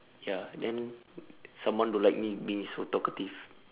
ya then someone don't like me being so talkative